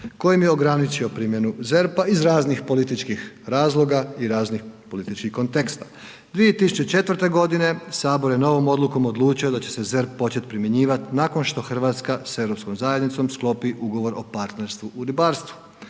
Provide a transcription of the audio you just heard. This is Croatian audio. kojim je ograničio primjenu ZERP-a iz raznih političkih razloga i raznih političkih konteksta. 2004. godine sabor je novom odlukom odlučio da će se ZERP počet primjenjivat nakon što Hrvatska s europskom zajednicom sklopi ugovor o partnerstvu u ribarstvu.